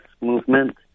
movement